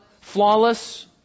Flawless